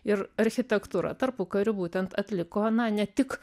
ir architektūra tarpukariu būtent atliko ne tik